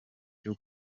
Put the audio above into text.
cyo